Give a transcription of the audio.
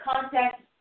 contact